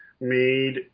made